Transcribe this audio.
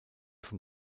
vom